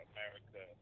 America